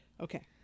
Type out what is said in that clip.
Okay